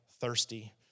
thirsty